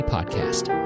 Podcast